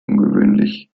ungewöhnlich